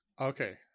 Okay